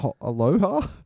Aloha